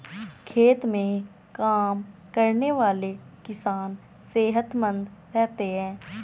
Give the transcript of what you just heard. खेत में काम करने वाले किसान सेहतमंद रहते हैं